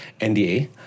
NDA